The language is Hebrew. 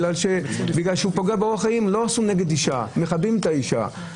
מכבדים את האישה,